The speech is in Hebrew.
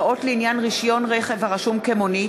(הוראות לעניין רישיון רכב הרשום כמונית),